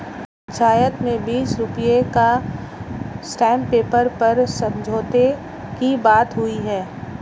पंचायत में बीस रुपए का स्टांप पेपर पर समझौते की बात हुई है